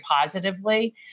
positively